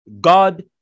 God